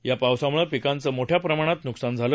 या पावसामुळे पिकांचं मोठ्या प्रमाणात नुकसान झालं